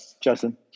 Justin